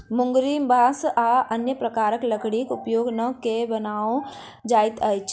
मुंगरी बाँस आ अन्य प्रकारक लकड़ीक उपयोग क के बनाओल जाइत अछि